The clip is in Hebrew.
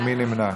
מי נמנע?